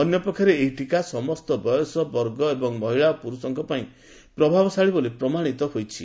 ଅନ୍ୟ ପକ୍ଷରେ ଏହି ଟିକା ସମସ୍ତ ବୟସ ବର୍ଗ ଏବଂ ମହିଳା ଓ ପୁର୍ଷଙ୍କ ପାଇଁ ପ୍ରଭାବଶାଳୀ ବୋଲି ପ୍ରମାଣିତ ହୋଇଛି